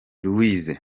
louise